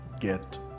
Get